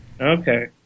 Okay